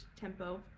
tempo